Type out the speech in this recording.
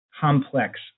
complex